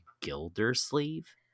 gildersleeve